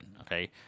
Okay